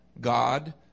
God